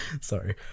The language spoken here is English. sorry